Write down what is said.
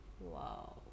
Wow